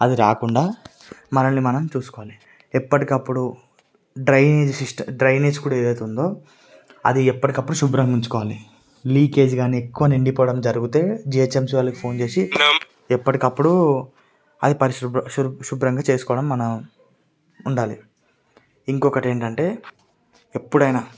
అది రాకుండా మనల్ని మనం చూసుకోవాలి ఎప్పటికప్పుడు డ్రైనేజీ సిస్టం డ్రైనేజ్ కూడా ఏదైతే ఉందో అది ఎప్పటికప్పుడు శుభ్రంగా ఉంచుకోవాలి లీకేజీ కానీ ఎక్కువ నిండిపోవడం జరిగితే జిహెచ్ఎంసి వాళ్ళకి ఫోన్ చేసి ఎప్పటికప్పుడు అది పరిశుభ్రం శుభ్రంగా చేసుకోవడం మన ఉండాలి ఇంకొకటి ఏంటంటే ఎప్పుడైనా